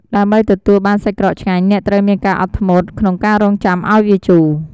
ដើម្បីទទួលបានសាច់ក្រកឆ្ងាញ់ អ្នកត្រូវមាន ការអត់ធ្មត់ ក្នុងការរង់ចាំឱ្យវាជូរ។